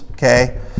Okay